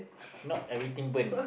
not everything burn